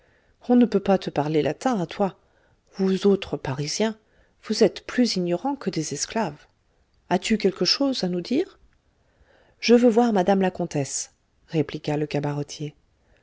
on ne peut pas te parler latin à toi vous autres parisiens vous êtes plus ignorants que des esclaves as-tu quelque chose à nous dire je veux voir madame la comtesse répliqua le cabaretier